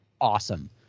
awesome